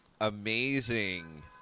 amazing